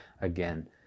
again